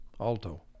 Alto